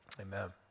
Amen